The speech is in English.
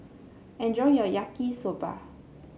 enjoy your Yaki Soba